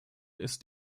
ist